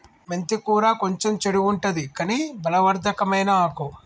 మెంతి కూర కొంచెం చెడుగుంటది కని బలవర్ధకమైన ఆకు